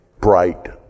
bright